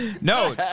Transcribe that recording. No